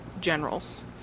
generals